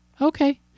Okay